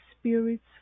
Spirit's